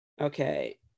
okay